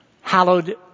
hallowed